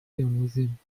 بیاموزیم